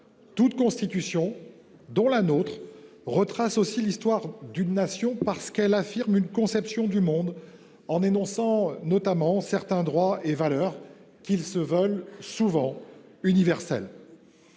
Toute constitution, dont la nôtre, retrace aussi l’histoire d’une Nation, parce qu’elle affirme une conception du monde, en énonçant notamment certains droits et certaines valeurs qui se veulent souvent universels.